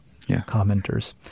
commenters